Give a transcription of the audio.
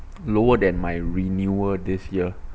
lower than my renewal this year